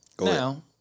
Now